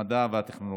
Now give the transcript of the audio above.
המדע והטכנולוגיה.